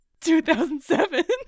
2007